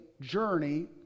journey